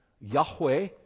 Yahweh